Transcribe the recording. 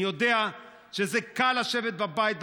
אני יודע שזה קל לשבת בבית,